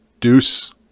Deuce